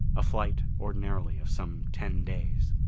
a flight, ordinarily, of some ten days.